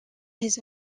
his